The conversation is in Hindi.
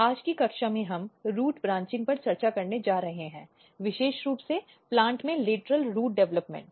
आज की कक्षा में हम रूट ब्रांचिंग पर चर्चा करने जा रहे हैं विशेष रूप से प्लांट में लेटरल रूट डेवलपमेंट